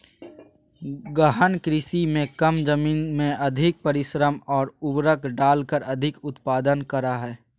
गहन कृषि में कम जमीन में अधिक परिश्रम और उर्वरक डालकर अधिक उत्पादन करा हइ